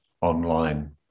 online